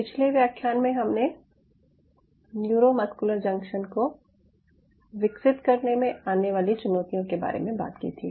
पिछले व्याख्यान में हमने न्यूरोमस्कुलर जंक्शन को विकसित करने में आने वाली चुनौतियों के बारे में बात की थी